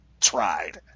tried